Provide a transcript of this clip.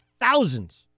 Thousands